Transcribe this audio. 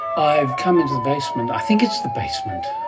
i've come into the basement, i think it's the basement,